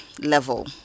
level